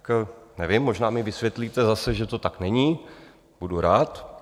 Tak nevím, možná mi vysvětlíte zase, že to tak není, budu rád.